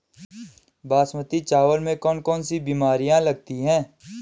बासमती चावल में कौन कौन सी बीमारियां लगती हैं?